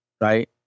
Right